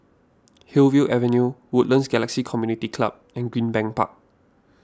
Hillview Avenue Woodlands Galaxy Community Club and Greenbank Park